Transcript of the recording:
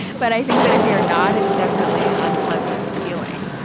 but i think that if you're not it's definitely an unpleasant feeling.